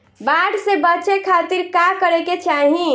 बाढ़ से बचे खातिर का करे के चाहीं?